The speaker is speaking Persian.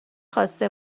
خواسته